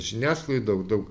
žiniasklaidoj daug